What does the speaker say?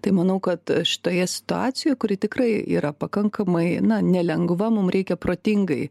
tai manau kad šitoje situacijoje kuri tikrai yra pakankamai na nelengva mum reikia protingai